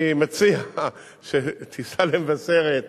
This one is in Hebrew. אני מציע שתשאל במבשרת,